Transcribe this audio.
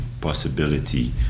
possibility